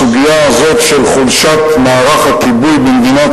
הסוגיה הזאת של חולשת מערך הכיבוי במדינת